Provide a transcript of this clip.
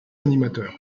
animateurs